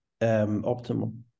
optimal